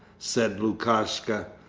said lukashka.